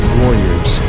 warriors